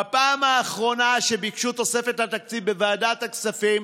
בפעם האחרונה שביקשו תוספת לתקציב בוועדת הכספים,